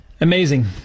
Amazing